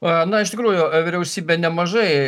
a na iš tikrųjų vyriausybė nemažai